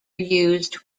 used